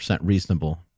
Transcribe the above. reasonable